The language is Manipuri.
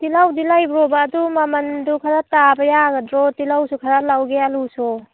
ꯇꯤꯜꯍꯧꯗꯤ ꯂꯩꯕ꯭ꯔꯣꯕ ꯑꯗꯨ ꯃꯃꯟꯗꯨ ꯈꯔ ꯇꯥꯕ ꯌꯥꯒꯗ꯭ꯔꯣ ꯇꯤꯜꯍꯧꯁꯨ ꯈ꯭ꯔ ꯂꯧꯒꯦ ꯑꯂꯨꯁꯨ